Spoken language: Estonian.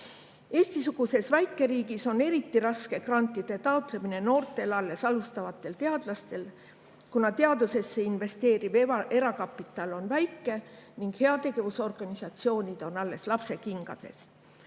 Eesti-suguses väikeriigis on grantide taotlemine eriti raske noortel, alles alustavatel teadlastel, kuna teadusesse investeeriv erakapital on väike ning heategevusorganisatsioonid on alles lapsekingades.